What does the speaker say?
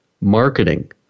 marketing